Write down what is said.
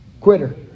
Quitter